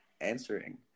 answering